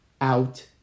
out